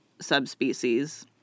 subspecies